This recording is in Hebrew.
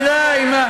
נו די עם,